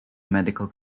medical